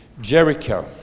Jericho